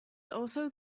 also